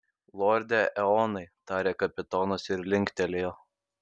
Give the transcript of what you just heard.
lorde eonai tarė kapitonas ir linktelėjo